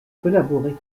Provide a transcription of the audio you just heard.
collaborer